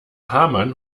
hamann